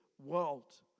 world